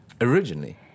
originally